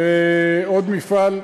ועוד מפעל.